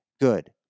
good